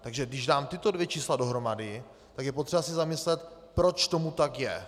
Takže když dám tato dvě čísla dohromady, tak je potřeba se zamyslet, proč tomu tak je.